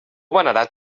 venerat